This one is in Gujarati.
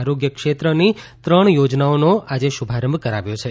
આરોગ્ય ક્ષેત્રની ત્રણ યોજનાઓનો આજે શુભારંભ કરાવ્યો છે